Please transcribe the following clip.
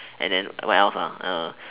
and then what else ah